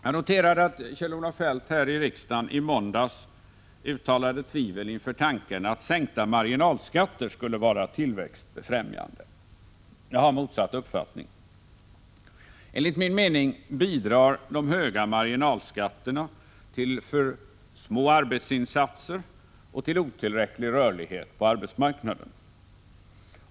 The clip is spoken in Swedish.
Jag noterade att Kjell-Olof Feldt här i riksdagen i måndags uttalade tvivel inför tanken att sänkta marginalskatter skulle vara tillväxtbefrämjande. Jag har motsatt uppfattning. Enligt min mening bidrar de höga marginalskatterna till för små arbetsinsatser och till otillräcklig rörlighet på arbetsmarknaden.